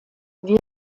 wir